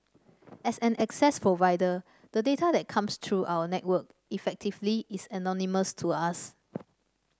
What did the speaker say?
as an access provider the data that comes through our network effectively is anonymous to us